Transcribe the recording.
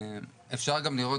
אפשר גם לראות